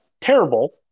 terrible